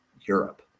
Europe